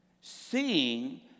Seeing